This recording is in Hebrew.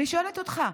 אני שואלת אותך: